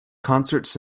concerts